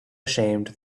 ashamed